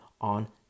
on